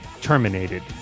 Terminated